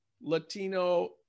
Latino